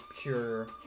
pure